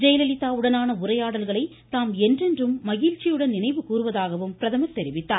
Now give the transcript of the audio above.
ஜெயலலிதாவுடனான உரையாடல்களை தாம் என்றென்றும் மகிழ்ச்சியுடன் நினைவு கூறுவதாக பிரதமர் தெரிவித்தார்